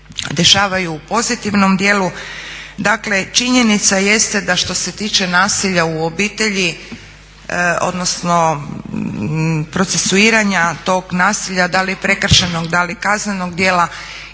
dešavaju u pozitivnom dijelu. Dakle, činjenica jeste da što se tiče nasilja u obitelji, odnosno procesuiranja tog nasilja da li prekršajnog, da li kaznenog dijela